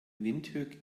windhoek